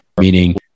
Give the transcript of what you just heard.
meaning